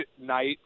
night